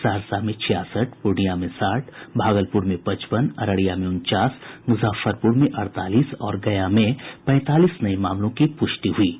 सहरसा में छियासठ पूर्णिया में साठ भागलपुर में पचपन अररिया में उनचास मुजफ्फरपुर में अड़तालीस और गया में पैंतालीस नये मामलों की पुष्टि हुई है